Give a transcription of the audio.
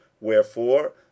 wherefore